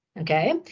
Okay